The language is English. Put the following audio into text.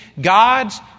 God's